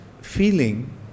feeling